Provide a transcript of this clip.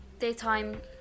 daytime